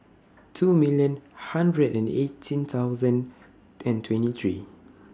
two million hundred and eighteen thousand and twenty three